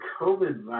COVID